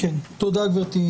100,000 קולות בפלורידה,